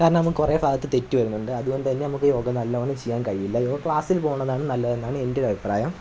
കാരണം നമുക്ക് കുറേ ഭാഗത്ത് തെറ്റ് വരുന്നുണ്ട് അതുകൊണ്ട് തന്നെ നമുക്ക് യോഗ നല്ലോണം ചെയ്യാൻ കഴിയില്ല യോഗ ക്ലാസ്സിൽ പോകുന്നതാണ് നല്ലതെന്ന് ആണ് എന്റെ ഒരു അഭിപ്രായം